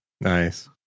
Nice